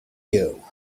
you